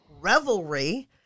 revelry